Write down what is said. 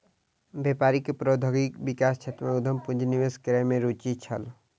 व्यापारी के प्रौद्योगिकी विकास क्षेत्र में उद्यम पूंजी निवेश करै में रूचि छल